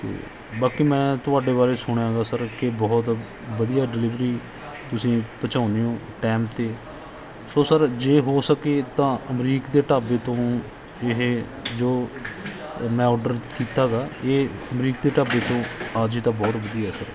ਅਤੇ ਬਾਕੀ ਮੈਂ ਤੁਹਾਡੇ ਬਾਰੇ ਸੁਣਿਆ ਗਾ ਸਰ ਕਿ ਬਹੁਤ ਵਧੀਆ ਡਿਲੀਵਰੀ ਤੁਸੀਂ ਪਹੁੰਚਾਉਂਦੇ ਹੋ ਟੈਮ 'ਤੇ ਸੋ ਸਰ ਜੇ ਹੋ ਸਕੇ ਤਾਂ ਅਮਰੀਕ ਦੇ ਢਾਬੇ ਤੋਂ ਇਹ ਜੋ ਮੈਂ ਔਡਰ ਕੀਤਾ ਗਾ ਇਹ ਅਮਰੀਕ ਦੇ ਢਾਬੇ ਤੋਂ ਆ ਜਾਵੇ ਤਾਂ ਬਹੁਤ ਵਧੀਆ ਸਰ